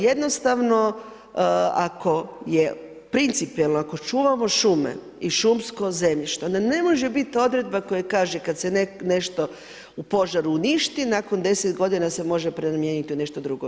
Jednostavno ako je principijelno ako čuvamo šume i šumsko zemljište onda ne može biti odredba koja kaže kada se nešto u požaru uništi nakon deset godina se može prenamijeniti u nešto drugo.